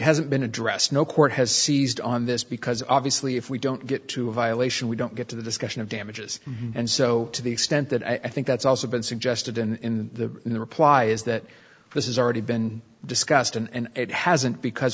hasn't been addressed no court has seized on this because obviously if we don't get to a violation we don't get to the discussion of damages and so to the extent that i think that's also been suggested in the in the reply is that this is already been discussed and it hasn't because